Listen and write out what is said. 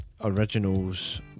originals